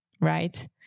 right